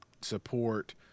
support